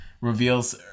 reveals